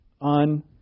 on